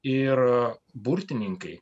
ir burtininkai